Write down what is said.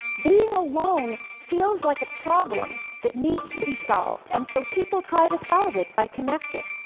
being alone feels like a problem that needs to be solved. and so people try to solve it by connecting.